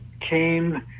came